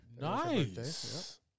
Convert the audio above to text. Nice